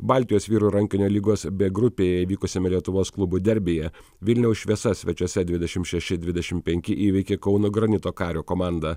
baltijos vyrų rankinio lygos b grupėje įvykusiame lietuvos klubų derbyje vilniaus šviesa svečiuose dvidešim šeši dvidešim penki įveikė kauno granito kario komandą